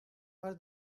her